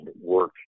work